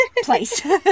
place